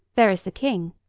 there is the king.